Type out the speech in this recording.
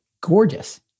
gorgeous